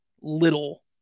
little